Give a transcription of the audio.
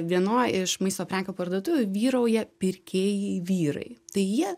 vienoj iš maisto prekių parduotuvių vyrauja pirkėjai vyrai tai jie